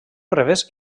revés